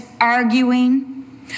arguing